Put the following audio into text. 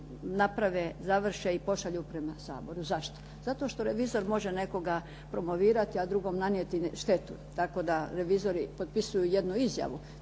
naprave, završe i pošalju prema Saboru. Zašto? Zato što revizor može nekoga promovirati a drugome nanijeti štetu. Tako da revizori potpisuju jednu izjavu